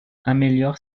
améliore